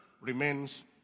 remains